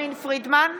יסמין פרידמן,